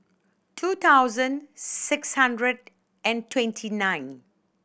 two thousand six hundred and twenty nine